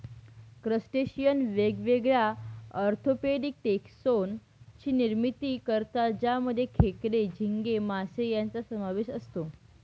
crustacean वेगवेगळ्या orthopedic taxon ची निर्मिती करतात ज्यामध्ये खेकडे, झिंगे, मासे यांचा समावेश असतो